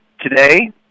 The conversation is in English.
Today